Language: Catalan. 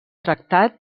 tractat